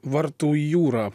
vartų jūrą